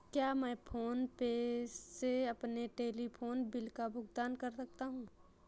क्या मैं PhonePe से अपने टेलीफोन बिल का भुगतान कर सकता हूँ?